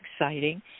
exciting